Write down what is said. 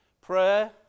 Prayer